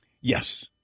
Yes